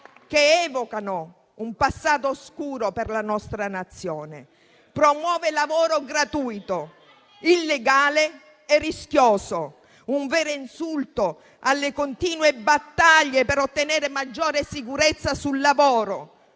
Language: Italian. che evocano un passato oscuro per la nostra Nazione, promuovendo lavoro gratuito, illegale e rischioso, un vero insulto alle continue battaglie per ottenere maggiore sicurezza sul lavoro;